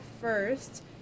first